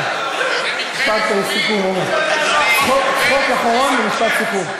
צחוק אחרון ומשפט סיכום.